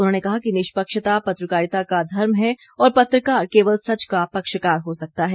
उन्होंने कहा कि निष्पक्षता पत्रकारिता का धर्म है और पत्रकार केवल सच का पक्षकार हो सकता है